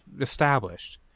Established